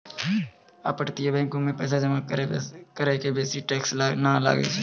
अपतटीय बैंको मे पैसा जमा करै के बेसी टैक्स नै लागै छै